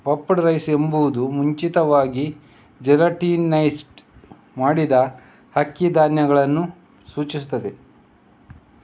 puffed rice ಎಂಬುದು ಮುಂಚಿತವಾಗಿ gelatinised ಮಾಡಿದ ಅಕ್ಕಿ ಧಾನ್ಯಗಳನ್ನು ಸೂಚಿಸುತ್ತದೆ